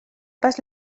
pas